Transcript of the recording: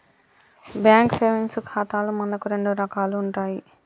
bank savings ఖాతాలు మనకు రెండు రకాలు ఉంటాయి